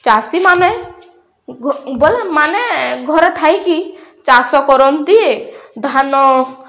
ଚାଷୀମାନେ ମାନେ ଘରେ ଥାଇକି ଚାଷ କରନ୍ତି ଧାନ